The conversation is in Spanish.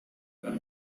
tal